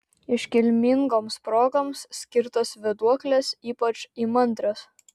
iškilmingoms progoms skirtos vėduoklės ypač įmantrios